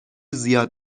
زیاد